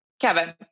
Kevin